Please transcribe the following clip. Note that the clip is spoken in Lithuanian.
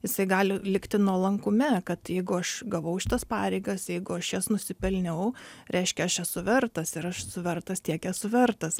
jisai gali likti nuolankume kad jeigu aš gavau šitas pareigas jeigu aš jas nusipelniau reiškia aš esu vertas ir aš suvertas tiek esu vertas